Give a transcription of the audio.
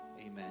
amen